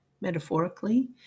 metaphorically